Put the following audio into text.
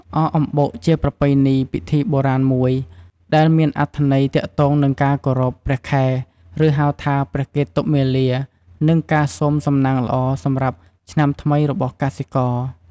អកអំបុកជាប្រពៃណីពិធីបុរាណមួយ ដែលមានអត្ថន័យទាក់ទងនឹងការគោរព ព្រះខែ ឬហៅថា ព្រះកេតុមាលា និងការសូមសំណាងល្អសម្រាប់ឆ្នាំថ្មីរបស់កសិករ។